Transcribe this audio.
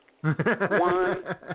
One